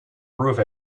prove